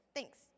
Thanks